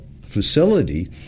Facility